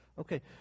Okay